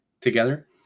together